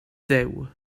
dduw